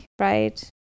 right